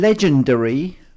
Legendary